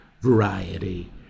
variety